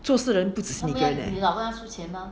做事不只是你一个人 eh